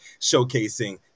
showcasing